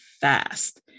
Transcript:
fast